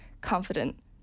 confident